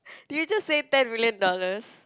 did you just say ten million dollars